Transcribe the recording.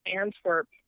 Antwerp